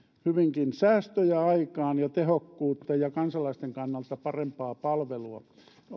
hyvinkin säästöjä aikaan ja tehokkuutta ja kansalaisten kannalta parempaa palvelua